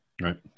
Right